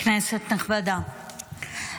כנסת נכבדה,